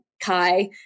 Kai